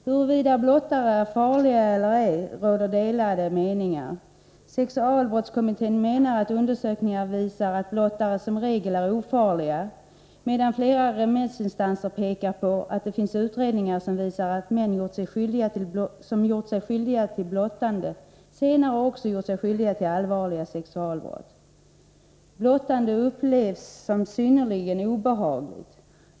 Huruvida blottare är farliga eller ej råder det delade meningar om. Sexualbrottskommittén menar att undersökningar visar att blottare som regel är ofarliga, medan flera remissinstanser pekar på att det finns utredningar som visar att män som gjort sig skyldiga till blottande, senare också gjort sig skyldiga till allvarliga sexualbrott. Blottande upplevs som synnerligen obehagligt.